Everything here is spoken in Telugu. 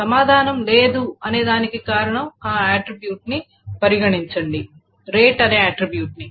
సమాధానం లేదు అనే దానికి కారణం ఈ ఆట్రిబ్యూట్ని పరిగణించండి రేట్ అనే ఆట్రిబ్యూట్ని